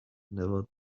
never